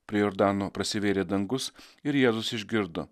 prie jordano prasivėrė dangus ir jėzus išgirdo